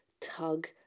tug